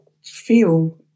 feel